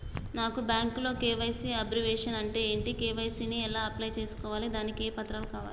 నాకు బ్యాంకులో KYC abbreviation అంటే ఏంటి కే.వై.సీ ని ఎలా అప్లై చేసుకోవాలి దానికి ఏ పత్రాలు కావాలి?